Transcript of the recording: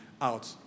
out